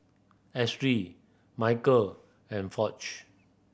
Ashly Micheal and Foch